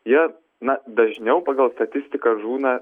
jie na dažniau pagal statistiką žūna